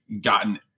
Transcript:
gotten